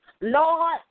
Lord